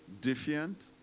defiant